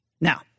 Now